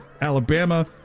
Alabama